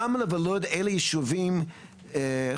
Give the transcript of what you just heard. רמלה ולוד אלה ישובים חלשים,